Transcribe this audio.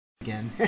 again